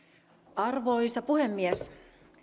arvoisa puhemies